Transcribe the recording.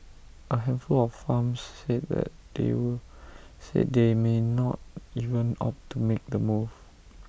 A handful of farms said that they would said they may not even opt to make the move